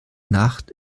nacht